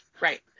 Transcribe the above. right